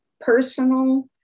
personal